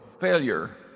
failure